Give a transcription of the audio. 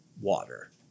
water